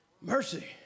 Mercy